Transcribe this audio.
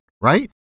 right